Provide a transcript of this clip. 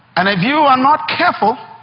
and if you are not careful,